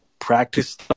Practice